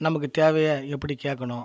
நமக்கு தேவையை எப்படி கேட்கணும்